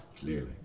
Clearly